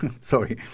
Sorry